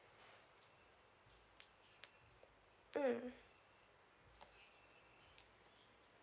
mm